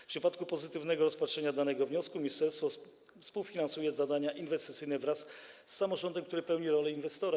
W przypadku pozytywnego rozpatrzenia danego wniosku ministerstwo współfinansuje zadania inwestycyjne wraz z samorządem, który pełni rolę inwestora.